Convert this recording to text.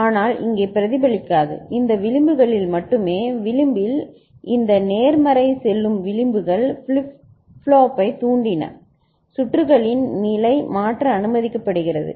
ஆனால் இங்கே அது பிரதிபலிக்காது இந்த விளிம்புகளில் மட்டுமே விளிம்பில் இந்த நேர்மறை செல்லும் விளிம்புகள் ஃபிளிப் தோல்வியைத் தூண்டின சுற்றுகளின் நிலை மாற்ற அனுமதிக்கப்படுகிறது